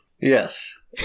Yes